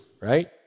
right